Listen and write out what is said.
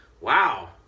wow